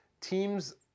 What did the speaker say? teams